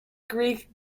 greek